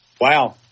wow